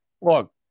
look